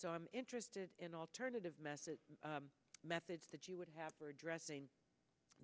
so i'm interested in alternative message methods that you would have for addressing